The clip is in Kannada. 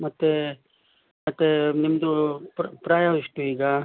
ಮತ್ತೆ ಮತ್ತೆ ನಿಮ್ಮದು ಪ್ರಾಯವೆಷ್ಟು ಈಗ